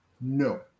No